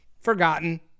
forgotten